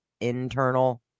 internal